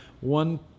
one